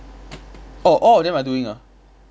oh all of them are doing ah